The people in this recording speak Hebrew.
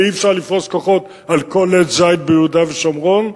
ואי-אפשר לפרוס כוחות על כל עץ זית ביהודה ושומרון,